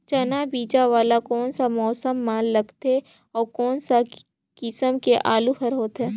चाना बीजा वाला कोन सा मौसम म लगथे अउ कोन सा किसम के आलू हर होथे?